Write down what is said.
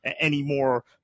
anymore